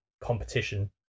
competition